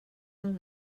del